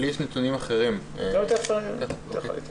לא היו